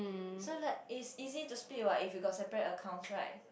so like is easy to split what if you got separate accounts right